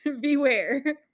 Beware